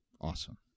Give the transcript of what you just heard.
Awesome